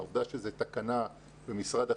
עובדה שזו תקנה של משרד החינוך.